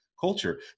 culture